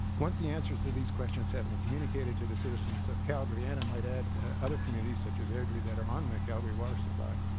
once the answers to these questions have been communicated to the citizens of calgary and i might add other communities such as airdrie that are on the calgary water supply,